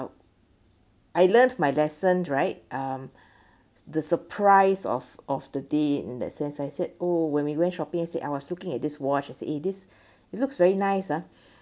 I learned my lesson right um the surprise of of the day in that sense I said oh when we went shopping as I was looking at this watch I say eh this it looks very nice ah